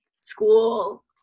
school